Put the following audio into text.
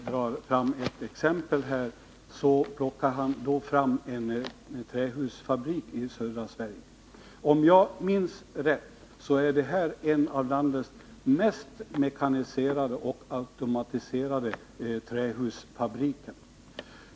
Fru talman! Det är betecknande att när Sten Svensson tar ett exempel, då plockar han fram en trähusfabrik i södra Sverige. Om jag minns rätt är det här en av landets mest mekaniserade och automatiserade trähusfabriker.